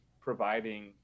providing